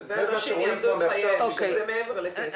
ואנשים יאבדו את חייהם, שזה מעבר לכסף.